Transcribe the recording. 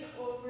over